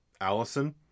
Allison